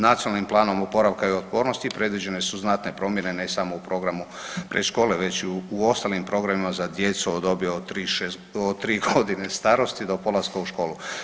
Nacionalnim planom oporavka i otpornosti predviđene su znatne promjene ne samo u programu predškole, već i u ostalim programima za djecu od dobi od 3 godine starosti do polaska u školu.